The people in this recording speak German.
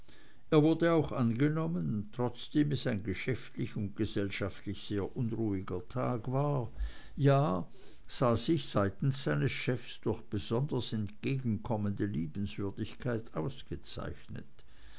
er wurde auch angenommen trotzdem es ein geschäftlich und gesellschaftlich sehr unruhiger tag war ja sah sich seitens seines chefs durch besonders entgegenkommende liebenswürdigkeit ausgezeichnet